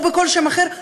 או בכל שם אחר,